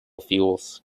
fuels